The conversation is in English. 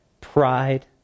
Pride